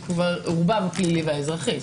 כבר עורבב הפלילי והאזרחי,